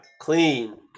clean